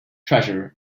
treasure